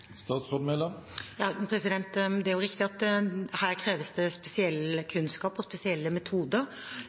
Det er riktig at det her kreves spesiell kunnskap og spesielle metoder,